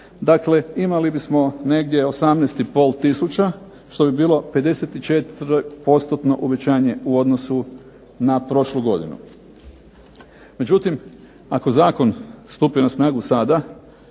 mjeseca, imali bismo negdje 18,5 tisuća, što bi bilo 54%-tno uvećanje u odnosu na prošlu godinu. Međutim, ako zakon stupi na snagu sada,